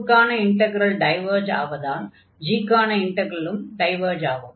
f க்கான integral diverge ஆவதால் g க்கான இன்டக்ரலும் டைவர்ஜ் ஆகும்